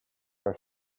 your